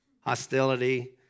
hostility